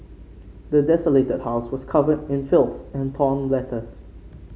the desolated house was covered in filth and torn letters